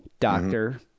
Doctor